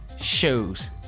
Shows